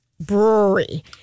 Brewery